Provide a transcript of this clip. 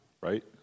right